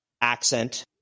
accent